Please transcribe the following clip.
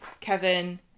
Kevin